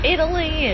Italy